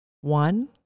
one